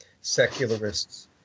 Secularists